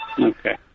Okay